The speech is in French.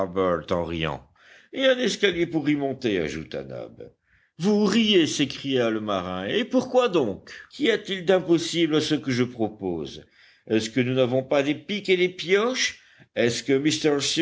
en riant et un escalier pour y monter ajouta nab vous riez s'écria le marin et pourquoi donc qu'y a-t-il d'impossible à ce que je propose est-ce que nous n'avons pas des pics et des pioches est-ce que